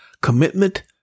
Commitment